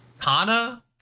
Kana